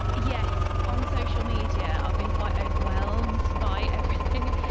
yes, on social media i've been quite overwhelmed by everything,